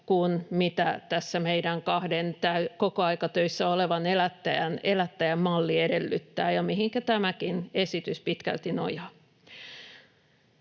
kuin mitä meidän kahden kokoaikatöissä olevan elättäjän elättäjämalli edellyttää ja mihinkä tämäkin esitys pitkälti nojaa.